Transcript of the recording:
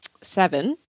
seven